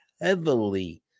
heavily